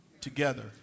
together